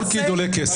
כל פקיד עולה כסף.